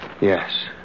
Yes